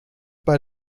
bei